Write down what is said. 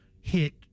hit